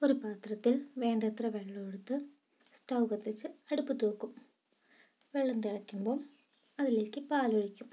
ഒരു പാത്രത്തിൽ വേണ്ടത്ര വെള്ളം എടുത്ത് സ്റ്റൗ കത്തിച്ച് അടുപ്പത്ത് വയ്ക്കും വെള്ളം തിളയ്ക്കുമ്പോൾ അതിലേക്ക് പാൽ ഒഴിക്കും